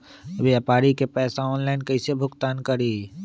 व्यापारी के पैसा ऑनलाइन कईसे भुगतान करी?